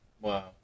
Wow